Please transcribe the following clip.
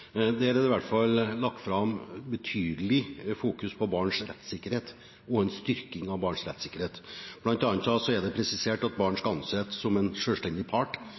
lagt betydelig vekt på barns rettssikkerhet, en styrking av barns rettssikkerhet. Blant annet er det presisert at barn skal anses som en selvstendig part